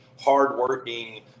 hardworking